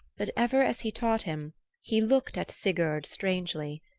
but ever as he taught him he looked at sigurd strangely,